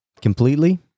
Completely